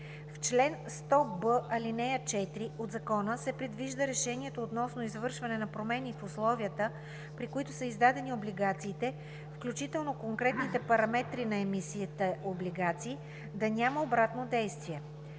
В чл. 100б, ал. 4 от Закона се предвижда решението относно извършване на промени в условията, при които са издадени облигациите, включително конкретните параметри на емисията облигации, да няма обратно действие.